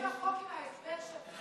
אתה הורס את החוק עם ההסבר שלך.